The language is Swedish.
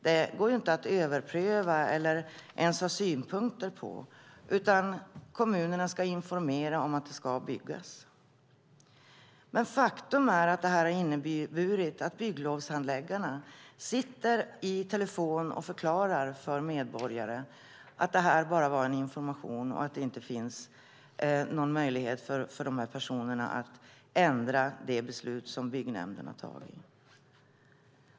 Det går inte att överpröva eller ens ha synpunkter på informationen; kommunerna ska informera om att det ska byggas. Men faktum är att det har inneburit att bygglovshandläggarna sitter i telefon och förklarar för medborgare att detta bara var information och att det inte finns någon möjlighet för dessa personer att ändra det beslut som byggnämnden har fattat.